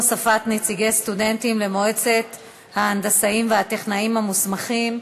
הוספת נציגי סטודנטים למועצת ההנדסאים והטכנאים המוסמכים),